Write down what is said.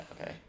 okay